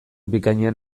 bikainean